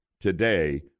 today